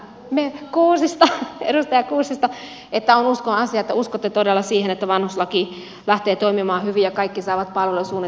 kuusisto edustaja kuusisto että on uskonasia että uskotte todella siihen että vanhuslaki lähtee toimimaan hyvin ja kaikki saavat palvelusuunnitelmat ja niin poispäin